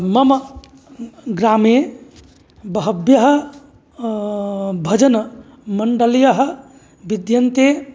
मम ग्रामे बह्व्यः भजनमण्डल्यः विद्यन्ते